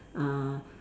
uh